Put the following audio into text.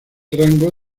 rango